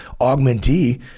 augmentee